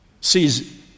sees